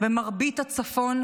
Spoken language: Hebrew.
ומרבית הצפון,